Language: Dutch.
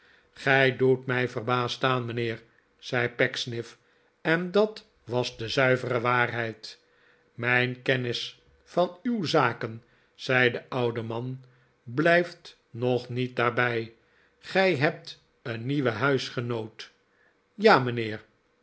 gij dbet mij verbaasd staan mijnheer zei pecksniff en dat was de zuivere waarheid mijn kennis van uw zaken zei de oude man blijft nog niet daarbij gij hebt een nieuwen huisgenoot ja mijnheer